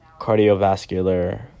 cardiovascular